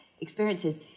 experiences